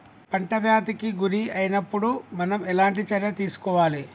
పంట వ్యాధి కి గురి అయినపుడు మనం ఎలాంటి చర్య తీసుకోవాలి?